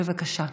בבקשה.